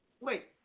Wait